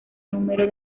número